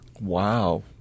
Wow